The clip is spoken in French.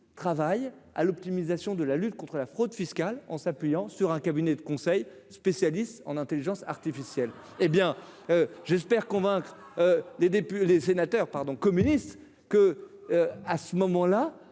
travaille à l'optimisation de la lutte contre la fraude fiscale, en s'appuyant sur un cabinet de conseil spécialiste en Intelligence artificielle, hé bien j'espère convaincre les députés, les sénateurs pardon communiste que à ce moment-là,